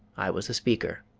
i was a speaker